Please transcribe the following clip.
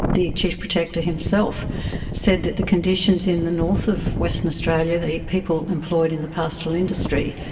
the chief protector himself said that the conditions in the north of western australia, the people employed in the pastoral industry,